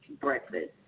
breakfast